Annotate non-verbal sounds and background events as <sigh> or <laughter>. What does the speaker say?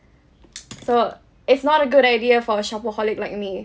<breath> so it's not a good idea for a shopaholic like me